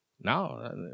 No